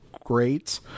great